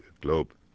globe